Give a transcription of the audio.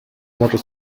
motor